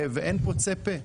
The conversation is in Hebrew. ואין פוצה פה,